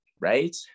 right